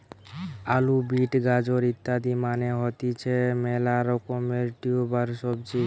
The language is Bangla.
আলু, বিট, গাজর ইত্যাদি মানে হতিছে মেলা রকমের টিউবার সবজি